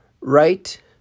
right